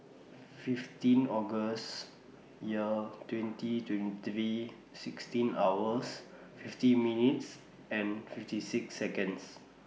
fifteen August Year twenty twenty three sixteen hours fifty minutes and fifty six Seconds